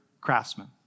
craftsmen